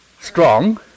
strong